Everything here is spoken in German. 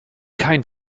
kein